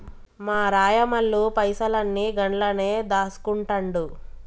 మా రాయమల్లు పైసలన్ని గండ్లనే దాస్కుంటండు